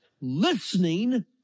listening